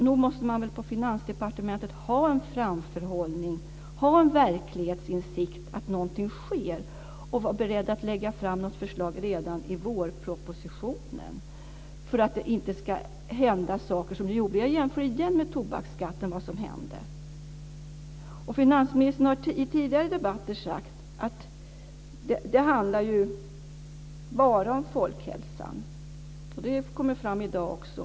Nog måste väl Finansdepartementet ha en framförhållning och en verklighetsinsikt att någonting sker och vara beredd att lägga fram ett förslag redan i vårpropositionen för att det inte ska hända saker? Jag jämför igen med vad som hände med tobaksskatten. Finansministern har i tidigare debatter sagt att det bara handlar om folkhälsan. Det kommer fram i dag också.